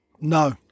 No